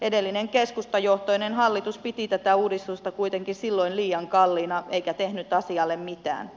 edellinen keskustajohtoinen hallitus piti tätä uudistusta kuitenkin silloin liian kalliina eikä tehnyt asialle mitään